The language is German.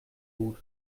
gut